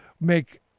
make